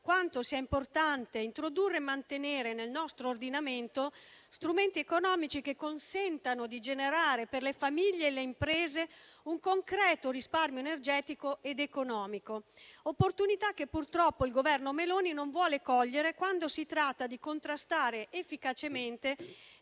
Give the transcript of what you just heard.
quanto sia importante introdurre e mantenere nel nostro ordinamento strumenti economici che consentano di generare per le famiglie e le imprese un concreto risparmio energetico ed economico; opportunità che purtroppo il Governo Meloni non vuole cogliere quando si tratta di contrastare efficacemente